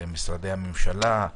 משרדי הממשלה,